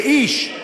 לאיש.